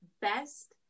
best